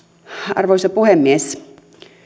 arvoisa puhemies